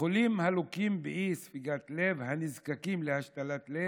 לחולים הלוקים באי-ספיקת לב הנזקקים להשתלת לב,